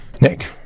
nick